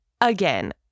Again